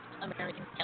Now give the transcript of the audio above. American